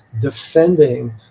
defending